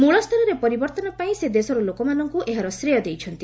ମ୍ମଳସ୍ତରରେ ପରିବର୍ତ୍ତନ ପାଇଁ ସେ ଦେଶର ଲୋକମାନଙ୍କୁ ଏହାର ଶ୍ରେୟ ଦେଇଛନ୍ତି